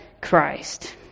Christ